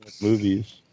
movies